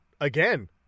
again